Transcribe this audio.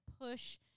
push –